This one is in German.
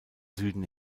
süden